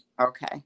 Okay